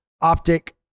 optic